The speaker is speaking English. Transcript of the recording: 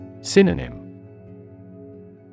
Synonym